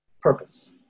purpose